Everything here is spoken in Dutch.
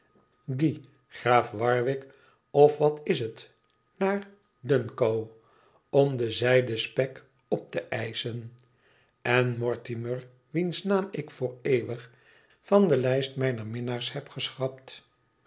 guy graaf warwick of wat is het naar duncow om de zijde spek op te eischen i en mortimer wiens naam ik voor eeuwig van de lijst mijner minnaars heb geschrapt